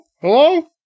Hello